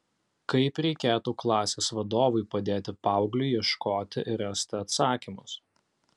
kaip reikėtų klasės vadovui padėti paaugliui ieškoti ir rasti atsakymus